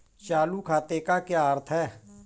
चालू खाते का क्या अर्थ है?